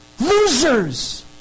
losers